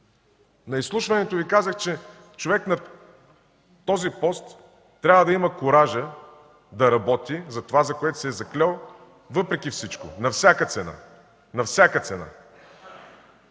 На изслушването Ви казах, че човек на този пост трябва да има куража да работи за това, за което се е заклел, въпреки всичко, на всяка цена.